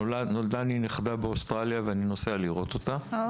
נולדה לי נכדה באוסטרליה ואני נוסע לראות אותה,